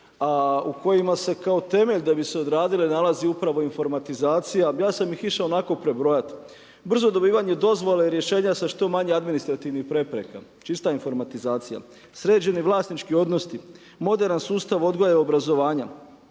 u kojima se kao temelj da bi se odradile nalazi upravo informatizacija, ja sam išao onako prebrojati. Brzo dobivanje dozvole, rješenja sa što manje administrativnih prepreka, čista informatizacija. Sređeni vlasnički odnosi, moderan sustav odgoja i obrazovanja,